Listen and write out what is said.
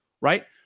right